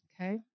Okay